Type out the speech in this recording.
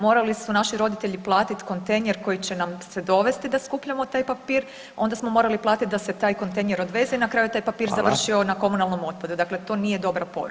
Morali su naši roditelji platiti kontejner koji će nam se dovesti da skupljamo taj papir, onda smo morali platiti da se taj kontejner odveze i na kraju [[Upadica: Hvala.]] je taj papir završio na komunalnom otpadu, dakle to nije dobra poruka.